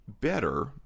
better